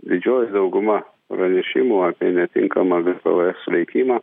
didžioji dauguma pranešimų apie netinkamą gps veikimą